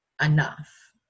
enough